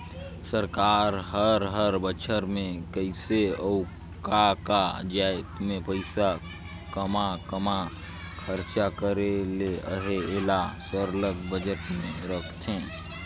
सरकार हर हर बछर में कइसे अउ का का जाएत में पइसा काम्हां काम्हां खरचा करे ले अहे एला सरलग बजट में रखथे